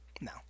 No